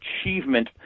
achievement –